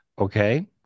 okay